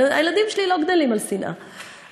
הילדים שלי לא גדלים על שנאה.